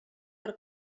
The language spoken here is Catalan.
per